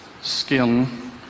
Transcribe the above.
skin